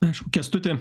aišku kęstuti